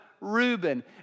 Reuben